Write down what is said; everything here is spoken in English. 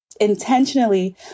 intentionally